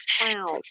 clouds